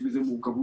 יש בזה מורכבות,